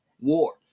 war